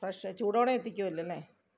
പക്ഷേ ചൂടോടെ എത്തിക്കുമല്ലോ അല്ലേ